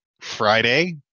Friday